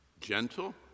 Gentle